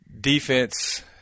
defense –